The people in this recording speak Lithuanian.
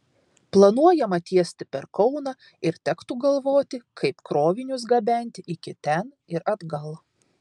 planuojama tiesti per kauną ir tektų galvoti kaip krovinius gabenti iki ten ir atgal